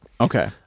Okay